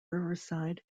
riverside